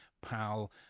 pal